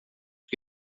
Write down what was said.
que